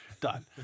Done